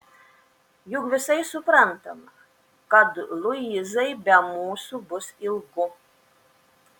juk visai suprantama kad luizai be mūsų bus ilgu